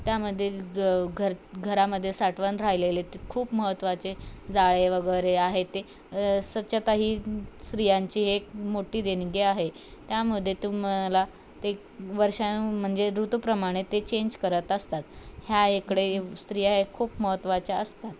त्यामध्येे ग घ घरामध्ये साठवण राहिलेले ते खूप महत्त्वाचे जाळे वगरे आहे ते स्वच्छताही स्त्रियांची एक मोठी देणगी आहे त्यामदे तुम्हाला ते वर्षां म्हणजे ऋतूप्रमाणे ते चेंज करत असतात ह्या इकडे स्त्रिया आहे खूप महत्त्वाच्या असतात